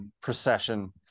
procession